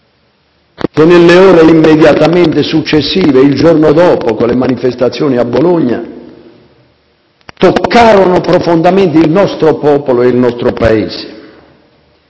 che, nelle ore immediatamente successive e il giorno dopo con le manifestazioni a Bologna, toccarono profondamente il nostro popolo e il nostro Paese.